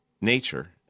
nature